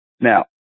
Now